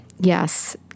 Yes